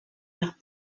nach